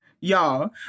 Y'all